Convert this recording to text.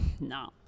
no